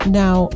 now